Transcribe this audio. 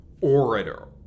orator